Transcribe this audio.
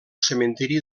cementiri